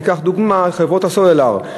אני אקח כדוגמה את חברות הסלולר.